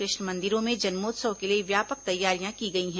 कृष्ण मंदिरों में जन्मोत्सव के लिए व्यापक तैयारियां की गई हैं